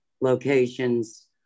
locations